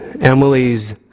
Emily's